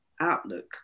outlook